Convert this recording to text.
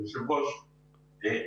אני רוצה עוד אמירה אחת.